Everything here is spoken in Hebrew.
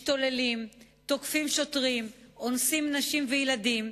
משתוללים, תוקפים שוטרים, אונסים נשים וילדים.